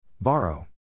Borrow